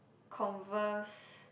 converse